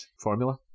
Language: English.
formula